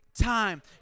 time